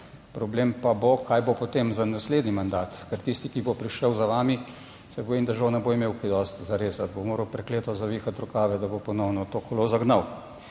Problem pa bo, kaj bo potem za naslednji mandat, ker tisti, ki bo prišel za vami, se bojim, žal, ne bo imel kaj dosti za rezati, bo moral prekleto zavihati rokave, da bo ponovno to kolo zagnal.